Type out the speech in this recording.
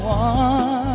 one